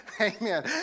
amen